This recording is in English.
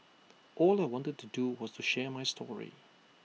all I wanted to do was to share my story